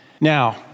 Now